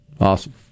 awesome